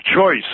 choice